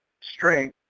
strength